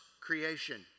creation